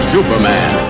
Superman